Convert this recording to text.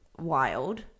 wild